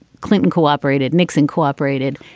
clinton cooperated. nixon cooperated.